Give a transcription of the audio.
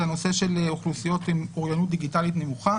נושא של אוכלוסיות עם אוריינות דיגיטלית נמוכה.